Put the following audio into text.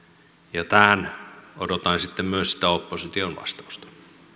tehtävä tähän odotan sitten myös opposition vastausta